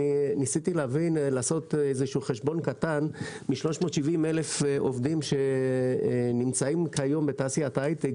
ניסיתי לעשות חשבון קטן מ-370 אלף עובדים שנמצאים כיום בתעשיית ההיי-טק,